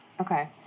okay